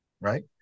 right